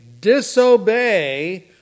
disobey